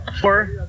Four